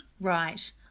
Right